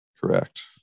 Correct